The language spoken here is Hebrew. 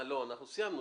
לא, אנחנו סיימנו.